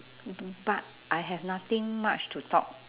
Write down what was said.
b~ but I have nothing much to talk